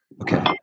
Okay